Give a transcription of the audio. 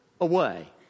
away